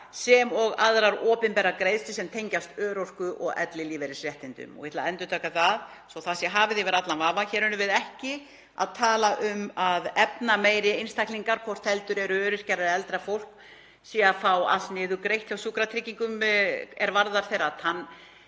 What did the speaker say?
sem og aðrar opinberar greiðslur sem tengjast örorku- og ellilífeyris réttindum.“ Ég ætla að endurtaka þetta svo það sé hafið yfir allan vafa: Hér erum við ekki að tala um að efnameiri einstaklingar, hvort heldur öryrkjar eða eldra fólk, séu að fá allt niður greitt hjá Sjúkratryggingum sem varðar þeirra